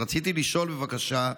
רציתי לשאול, בבקשה: